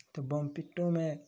तऽ बमपिट्टो मे